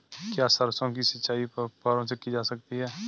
क्या सरसों की सिंचाई फुब्बारों से की जा सकती है?